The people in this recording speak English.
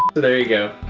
there you go.